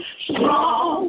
Strong